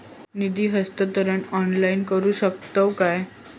निधी हस्तांतरण ऑनलाइन करू शकतव काय?